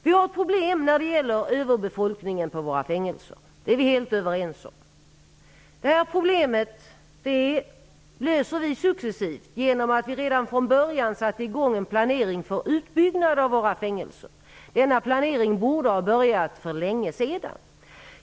Vi har problem med överbefolkningen på våra fängelser, det är vi helt överens om. Vi löser det här problemet successivt genom att vi redan från början planerade för en utbyggnad av våra fängelser. Denna planering borde ha börjat för länge sedan.